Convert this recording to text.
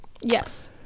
Yes